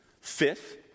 Fifth